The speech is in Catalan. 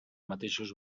mateixos